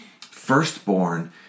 firstborn